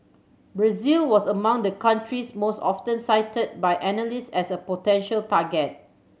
Brazil was among the countries most often cited by analysts as a potential target